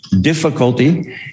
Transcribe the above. difficulty